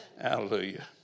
Hallelujah